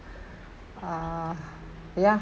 uh yeah